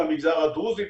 הדרוזי,